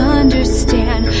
understand